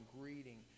greeting